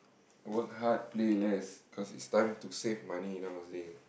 work hard play less cause it's time to save money nowadays